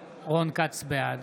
(קורא בשם חבר הכנסת) רון כץ, בעד